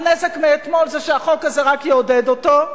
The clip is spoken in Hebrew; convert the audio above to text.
הנזק מאתמול זה שהחוק הזה רק יעודד אותו,